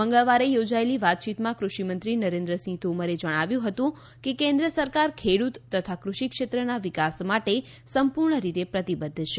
મંગળવારે યોજાયેલી વાતયીતમાં કૃષિમંત્રી નરેન્દ્રસિંહ તોમરે જણાવ્યું હતું કે કેન્દ્ર સરકાર ખેડૂત તથા કૃષિ ક્ષેત્રના વિકાસ માટે સંપૂર્ણ રીતે પ્રતિબધ્ધ છે